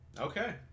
Okay